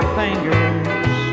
fingers